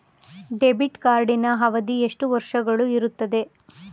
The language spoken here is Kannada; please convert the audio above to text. ಡೆಬಿಟ್ ಕಾರ್ಡಿನ ಅವಧಿ ಎಷ್ಟು ವರ್ಷಗಳು ಇರುತ್ತದೆ?